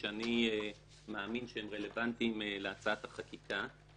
שאני מאמין שהם רלוונטיים להצעת החקיקה.